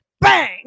Bang